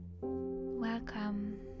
Welcome